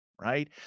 right